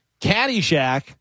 caddyshack